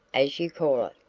as you call it.